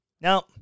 now